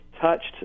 touched